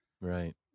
Right